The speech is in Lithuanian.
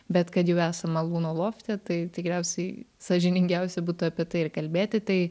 bet kad jau esam malūno lofte tai tikriausiai sąžiningiausia būtų apie tai ir kalbėti tai